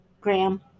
Graham